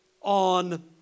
on